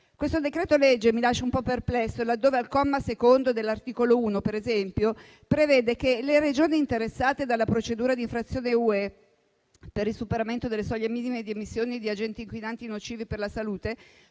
Questo decreto-legge mi lascia un po' perplessa, laddove al secondo comma dell'articolo 1, per esempio, prevede che le Regioni interessate dalla procedura di infrazione UE per il superamento delle soglie minime di emissioni di agenti inquinanti nocivi per la salute